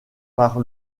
par